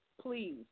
Please